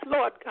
Lord